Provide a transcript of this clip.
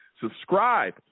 Subscribe